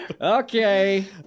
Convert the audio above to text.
Okay